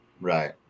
Right